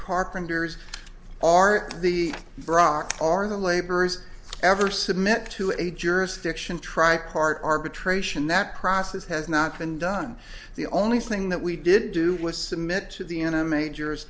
carpenters are the brock are the laborers ever submit to a jurisdiction try part arbitration that process has not been done the only thing that we did do